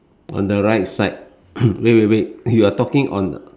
on the right side wait wait wait you're talking on